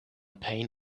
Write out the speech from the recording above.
pain